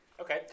Okay